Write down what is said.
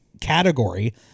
category